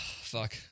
fuck